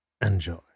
Enjoy